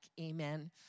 Amen